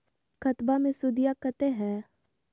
खतबा मे सुदीया कते हय?